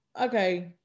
okay